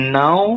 now